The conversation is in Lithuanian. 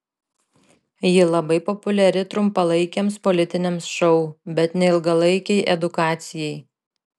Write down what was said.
ji labai populiari trumpalaikiams politiniams šou bet ne ilgalaikei edukacijai